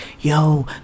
Yo